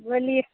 बोलिऔ